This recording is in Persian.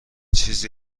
چیزی